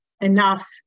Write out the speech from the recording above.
enough